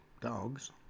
dogs